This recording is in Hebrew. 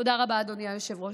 תודה רבה, אדוני היושב-ראש.